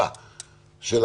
כל